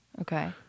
okay